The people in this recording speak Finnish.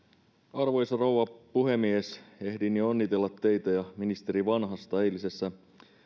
arvoisa rouva puhemies ehdin jo onnitella teitä ja ministeri vanhasta eilisessä